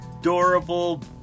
adorable